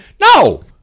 No